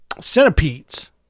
centipedes